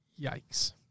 Yikes